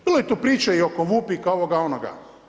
Bilo je tu priča i oko Vupika, ovoga, onoga.